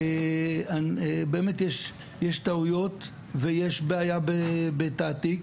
באמת יש טעויות ויש בעיה בתעתיק,